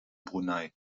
brunei